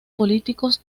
políticos